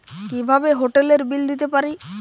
কিভাবে হোটেলের বিল দিতে পারি?